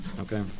Okay